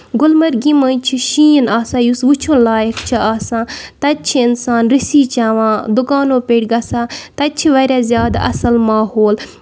گُلمَرگہِ منٛز چھُ شیٖن آسان یُس وٕچھُن لایق چھُ آسان تَتہِ چھِ اِنسان رٔسی چیوان دُکانو پٮ۪ٹھ گژھان تَتہِ چھِ واریاہ زیادٕ اَصٕل ماحول